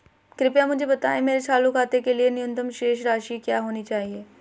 कृपया मुझे बताएं मेरे चालू खाते के लिए न्यूनतम शेष राशि क्या होनी चाहिए?